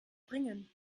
bringen